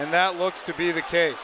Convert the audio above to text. and that looks to be the case